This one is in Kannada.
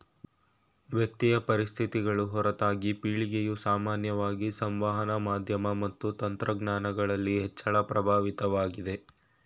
ವ್ಯಕ್ತಿಯ ಪರಿಸ್ಥಿತಿಗಳು ಹೊರತಾಗಿ ಪೀಳಿಗೆಯು ಸಾಮಾನ್ಯವಾಗಿ ಸಂವಹನ ಮಾಧ್ಯಮ ಮತ್ತು ತಂತ್ರಜ್ಞಾನಗಳಲ್ಲಿ ಹೆಚ್ಚಳ ಪ್ರಭಾವಿತವಾಗಿದೆ